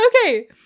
Okay